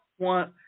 want